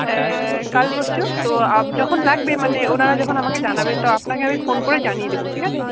কাল পরশু তো যখন লাগবে মানে ওনারা যখন আমাকে জানাবে তো আপনাকে আমি ফোন করে জানিয়ে দেবো ঠিক আছে